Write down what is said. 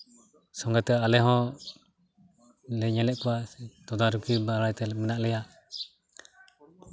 ᱥᱚᱸᱜᱮᱛᱮ ᱟᱞᱮ ᱦᱚᱸ ᱞᱮ ᱧᱮᱞᱮᱫ ᱠᱚᱣᱟ ᱛᱚᱫᱟᱨᱚᱠᱤ ᱵᱟᱲᱟᱭ ᱛᱮ ᱢᱮᱱᱟᱜ ᱞᱮᱭᱟ